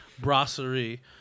Brasserie